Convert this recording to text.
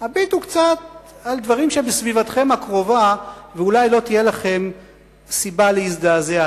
הביטו קצת על דברים שבסביבתכם הקרובה ואולי לא תהיה לכם סיבה להזדעזע.